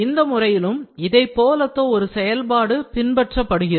இந்த முறையிலும் இதைப்போல் ஒத்த ஒரு செயல்பாடு பின்பற்றப்படுகிறது